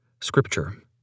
Scripture